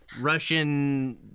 Russian